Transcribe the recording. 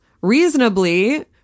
reasonably